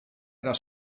das